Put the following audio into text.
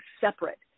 separate